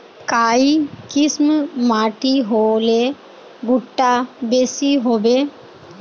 काई किसम माटी होले भुट्टा बेसी होबे?